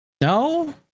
no